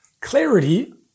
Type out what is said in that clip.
clarity